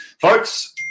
Folks